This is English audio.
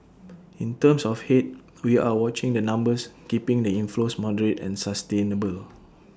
in terms of Head we are watching the numbers keeping the inflows moderate and sustainable